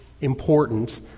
important